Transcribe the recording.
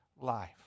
life